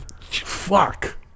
fuck